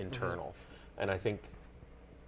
internal and i think